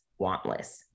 wantless